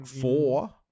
four